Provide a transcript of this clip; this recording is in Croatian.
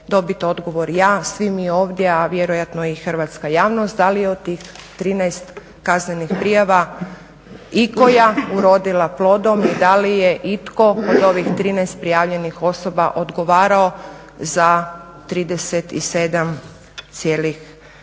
dobiti odgovor ja, svi mi ovdje, a vjerojatno i hrvatska javnost. Da li je od tih 13 kaznenih prijava ikoja urodila plodom i da li je itko od ovih 13 prijavljenih osoba prijavio odgovarao za 37,5